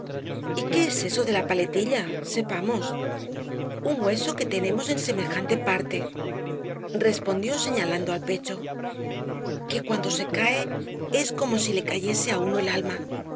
qué es eso de la paletilla sepamos un hueso que tenemos en semejante parte respondió señalando al pecho que cuando se cae es como si le cayese á uno el alma